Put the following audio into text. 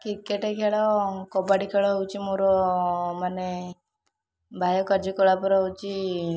cricket ଖେଳ କବାଡ଼ି ଖେଳ ହେଉଛି ମୋର ମାନେ ବାହ୍ୟ କାର୍ଯ୍ୟ କଳାପର ହେଉଛି